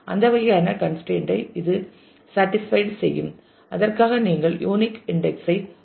அந்த வகையான கன்ஸ்ரெய்ன்ட் ஐ இது ஸேட்டிஸ்பைட் செய்யும் அதற்காக நீங்கள் யூனிக் இன்டெக்ஸ் ஐ உருவாக்கக்கூடாது